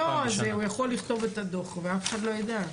אם לא, אז הוא יכול לכתוב את הדוח ואף אחד לא ידע.